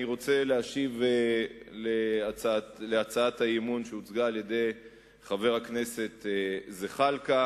אני רוצה להשיב על הצעת האי-אמון שהציג חבר הכנסת זחאלקה